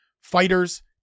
fighters